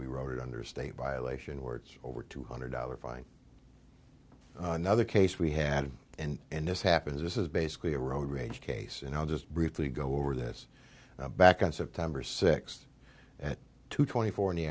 we rode it under state violation or it's over two hundred dollars fine another case we had and this happens this is basically a road rage case and i'll just briefly go over this back on september sixth at two twenty four in the